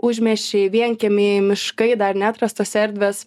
užmiesčio vienkiemiai miškai dar neatrastos erdvės